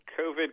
COVID